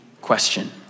question